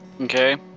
Okay